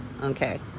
okay